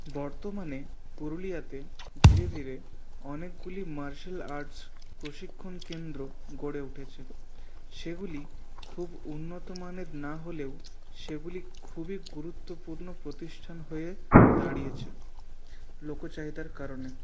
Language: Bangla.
বর্তমানে পুরুলিয়াতে ধীরে ধীরে অনেকগুলি মার্শাল আর্টস প্রশিক্ষণ কেন্দ্র গড়ে উঠেছে সেগুলি খুব উন্নত মানের না হলেও সেগুলি খুবই গুরুত্বপূর্ণ প্রতিষ্ঠান হয়ে দাঁড়িয়েছে লোকচাহিদার কারণে